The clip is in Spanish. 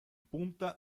punta